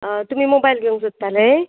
तुमी मोबायल घेवंक सोदताले